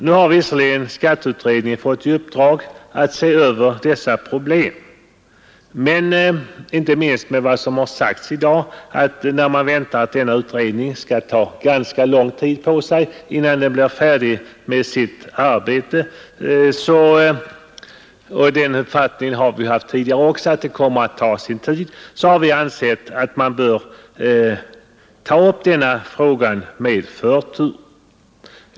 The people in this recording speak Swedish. Nu har skatteutredningen visserligen fått i uppdrag att se över dessa problem, men som det har sagts här i dag — och vi har haft samma uppfattning tidigare — kommer utredningen troligen att ta ganska lång tid på sig innan den blir färdig med sitt arbete, och då har vi ansett att utredningen bör ta upp denna fråga med förtur.